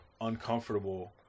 uncomfortable